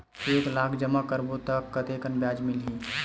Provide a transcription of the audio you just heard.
एक लाख जमा करबो त कतेकन ब्याज मिलही?